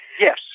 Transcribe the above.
Yes